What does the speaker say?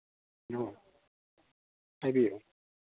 ꯑꯣ ꯍꯥꯏꯕꯤꯌꯨ